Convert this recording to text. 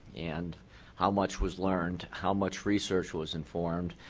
and how much was learned, how much research was informed,